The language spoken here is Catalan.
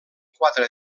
quatre